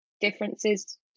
differences